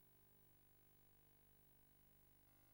כתובת